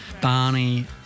Barney